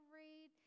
read